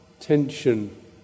tension